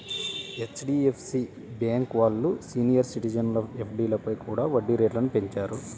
HDFC bank వాళ్ళు senior సిటిజన్ల ఎఫ్డీలపై కూడా వడ్డీ రేట్లను పెంచారు